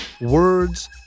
words